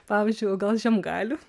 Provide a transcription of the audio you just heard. pavyzdžiui o gal žiemgalių